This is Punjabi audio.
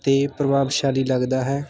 ਅਤੇ ਪ੍ਰਭਾਵਸ਼ਾਲੀ ਲੱਗਦਾ ਹੈ